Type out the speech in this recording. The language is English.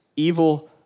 evil